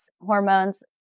hormones